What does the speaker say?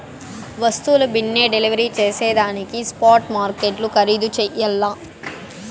వస్తువుల బిన్నే డెలివరీ జేసేదానికి స్పాట్ మార్కెట్లు ఖరీధు చెయ్యల్ల